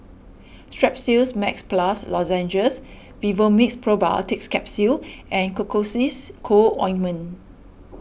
Strepsils Max Plus Lozenges Vivomixx Probiotics Capsule and Cocois Co Ointment